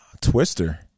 Twister